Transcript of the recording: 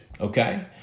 okay